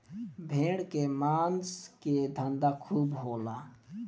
भेड़ के मांस के धंधा खूब होला